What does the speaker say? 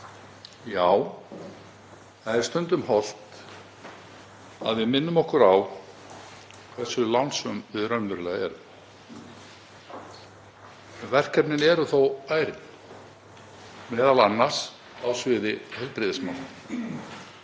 Já, það er stundum hollt að við minnum okkur á hversu lánsöm við raunverulega erum. Verkefnin eru þó ærin, m.a. á sviði heilbrigðismála.